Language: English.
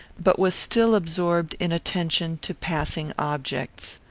but was still absorbed in attention to passing objects.